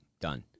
done